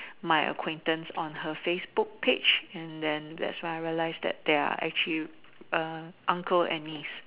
my acquaintance on her Facebook page and then that's when I realised that they are actually err uncle and niece